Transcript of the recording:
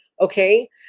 okay